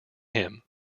him